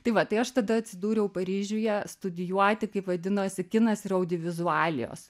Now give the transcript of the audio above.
tai va tai aš tada atsidūriau paryžiuje studijuoti kaip vadinosi kinas ir audiovizualijos